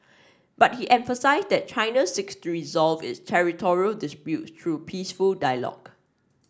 but he emphasised that China seeks to resolve its territorial disputes through peaceful dialogue